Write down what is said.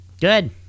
Good